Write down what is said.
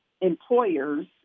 employers